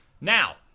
Now